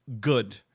good